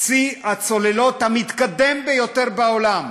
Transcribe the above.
צי הצוללות המתקדם ביותר בעולם,